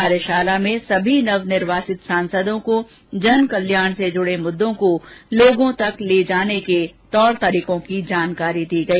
कार्यशाला में सभी नव निर्वाचित सांसदों को जन कल्याण से जुड़े मुददों को लोगों तक ले जाने के तौर तरीकों की जानकारी दी गई